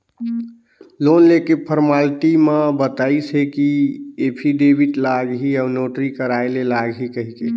loan लेके formality म बताइस हे कि एफीडेबिड लागही अउ नोटरी कराय ले लागही कहिके